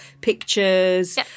pictures